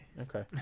Okay